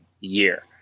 year